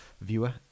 viewer